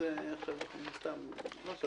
אני